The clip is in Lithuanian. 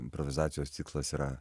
improvizacijos tikslas yra